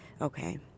okay